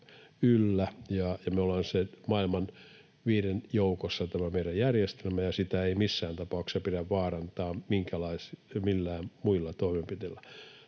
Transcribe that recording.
on maailman viiden parhaan joukossa, ja sitä ei missään tapauksessa pidä vaarantaa millään muilla toimenpiteillä.